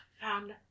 found